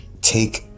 take